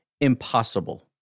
impossible